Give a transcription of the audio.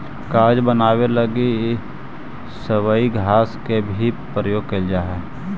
कागज बनावे लगी सबई घास के भी प्रयोग कईल जा हई